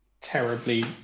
terribly